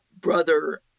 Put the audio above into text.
Brother